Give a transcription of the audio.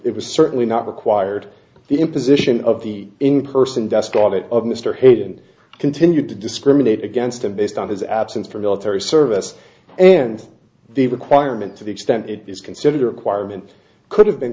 it was certainly not required the imposition of the in person desk allat of mr hayden continued to discriminate against him based on his absence from military service and the requirement to the extent it is consider acquirement could have been